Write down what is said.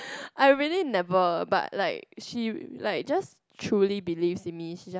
I really never but like she like just truly believes in me she